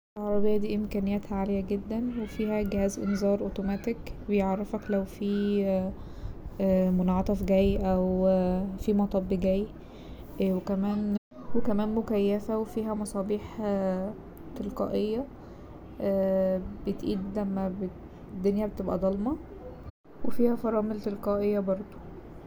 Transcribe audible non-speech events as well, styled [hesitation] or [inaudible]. العربية دي إمكانياتها عالية جدا [noise] وفيها جهاز إنظار أوتوماتيك وبيعرفك لو فيه [hesitation] منعطف جاي أو [hesitation] فيه مطب جاي [noise] وكمان مكيفة وفيها مصابيح [hesitation] تلقائية بتقيد لما الدنيا بتبقى ضلمة وفيها فرامل تلقائية بردو.